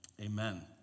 amen